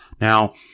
Now